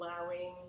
allowing